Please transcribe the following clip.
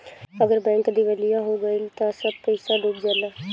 अगर बैंक दिवालिया हो गइल त सब पईसा डूब जाला